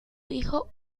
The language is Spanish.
hijo